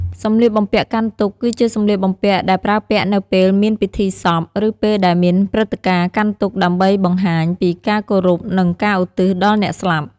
សម្លៀកបំពាក់កាន់ទុក្ខ គឺជាសម្លៀកបំពាក់ដែលប្រើពាក់នៅពេលមានពិធីសព ឬពេលដែលមានព្រឹត្តិការណ៍កាន់ទុក្ខដើម្បីបង្ហាញពីការគោរព និងការឧទ្ទិសដល់អ្នកស្លាប់។